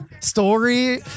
story